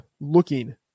looking